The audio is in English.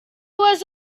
was